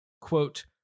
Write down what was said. quote